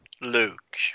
Luke